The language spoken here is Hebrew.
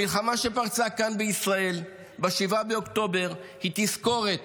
המלחמה שפרצה כאן בישראל ב-7 באוקטובר היא תזכורת